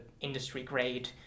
industry-grade